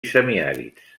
semiàrids